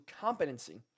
competency